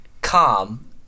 calm